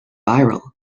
viral